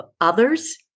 others